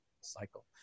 cycle